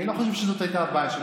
אני לא חושב שזאת הבעיה שלו.